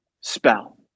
spell